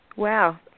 Wow